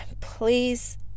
please